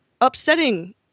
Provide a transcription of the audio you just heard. upsetting